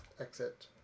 exit